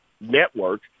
network